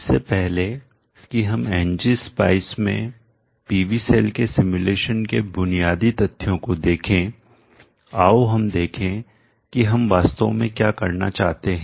इससे पहले कि हम Ngspice में PV सेल के सिमुलेशन के बुनियादी तथ्यों को देखें आओ हम देखें कि हम वास्तव में क्या करना चाहते हैं